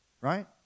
Right